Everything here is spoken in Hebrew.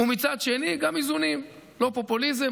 מצד שני יש בה גם איזונים, לא פופוליזם.